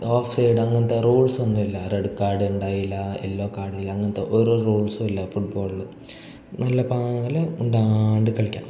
of side അങ്ങനത്തെ റൂൾസൊന്നുമില്ല red കാഡുണ്ടായില്ല യെല്ലോ കാഡില്ല അങ്ങനത്തെ ഒരു റൂൾസുമില്ല ഫുടബോളിൽ നല്ല പാങ്ങിൽ ഉണ്ടാകാണ്ട് കളിക്കാം